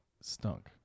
stunk